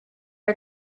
are